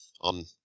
on